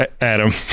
Adam